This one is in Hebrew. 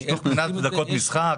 דקות משחק?